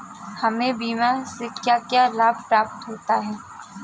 हमें बीमा से क्या क्या लाभ प्राप्त होते हैं?